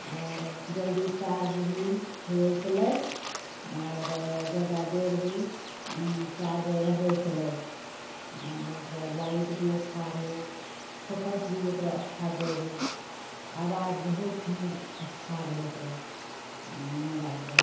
आओर जल्दी चार्ज भी होइ छलै आओर जादा देर भी चार्ज रहै छलै आओर ओकरो लाइट भी अच्छा रहै फोकस भी ओकरो अच्छा दै रहै आवाज बहुत ही अच्छा रहै ओकरो मोबाइलरे